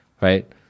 Right